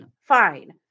fine